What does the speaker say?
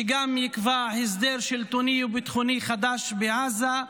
שגם יקבע הסדר שלטוני וביטחוני חדש בעזה,